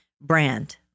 brand